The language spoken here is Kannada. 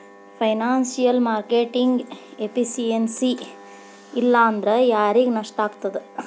ಫೈನಾನ್ಸಿಯಲ್ ಮಾರ್ಕೆಟಿಂಗ್ ಎಫಿಸಿಯನ್ಸಿ ಇಲ್ಲಾಂದ್ರ ಯಾರಿಗ್ ನಷ್ಟಾಗ್ತದ?